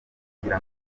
kugira